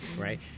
right